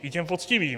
I těm poctivým.